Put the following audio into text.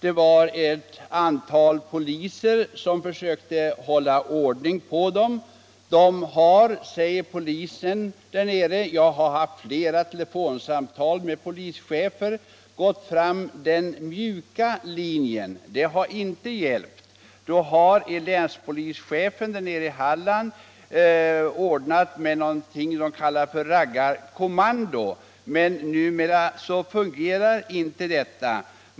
Ett antal poliser försökte hålla ordning på dem. Jag har haft flera telefonsamtal med polischefer, och de säger att de har gått fram efter den mjuka linjen. Det har inte hjälpt. Länspolischefen i Halland har ordnat något som kallas raggarkommando, men numera fungerar inte detta.